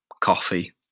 coffee